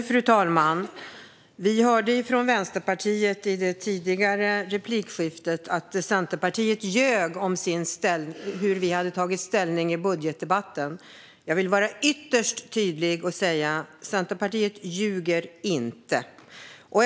Fru talman! Vi hörde från Vänsterpartiet i ett tidigare replikskifte att Centerpartiet ljög om hur det tagit ställning i budgetdebatten. Låt mig vara ytterst tydlig med att Centerpartiet inte ljuger.